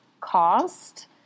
cost